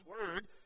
Word